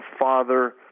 father